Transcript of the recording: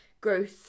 growth